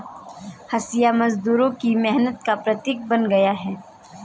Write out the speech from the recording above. हँसिया मजदूरों की मेहनत का प्रतीक बन गया है